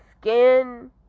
skin